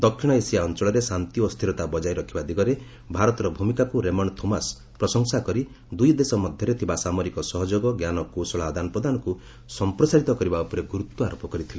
ଦକ୍ଷିଣ ଏସିଆ ଅଞ୍ଚଳରେ ଶାନ୍ତି ଓ ସ୍ଥିରତା ବକ୍ତାୟ ରଖିବା ଦିଗରେ ଭାରତର ଭୂମିକାକୁ ରେମଣ୍ଡ ଥୋମାସ୍ ପ୍ରଶଂସା କରି ଦୁଇଦେଶ ମଧ୍ୟରେ ଥିବା ସାମରିକ ସହଯୋଗ ଞ୍ଜାନକୌଶଳ ଆଦାନ ପ୍ରଦାନକୁ ସଂପ୍ରସାରିତ କରିବା ଉପରେ ଗୁରୁତ୍ୱ ଆରୋପ କରିଥିଲେ